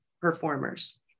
performers